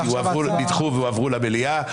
נדחו ויועברו למליאה.